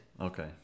Okay